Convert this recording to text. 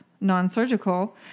non-surgical